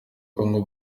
kongo